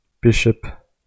bishop